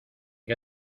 qué